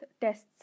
tests